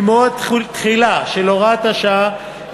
ממועד התחילה של הוראת השעה,